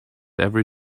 every